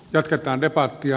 jatketaan debattia